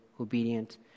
obedient